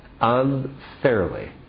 unfairly